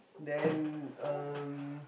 then um